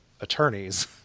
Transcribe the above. attorneys